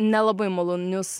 nelabai malonius